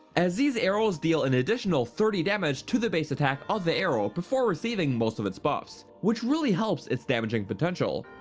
as these arrows deal an additional thirty damage to the base attack of the arrow before receiving most of its buffs which really helps its damaging potential.